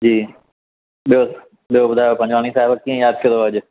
जी ॿियो ॿियो ॿुधायो पंजवाणी साहिबु कीअं यादि कयुव अॼु